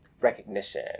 recognition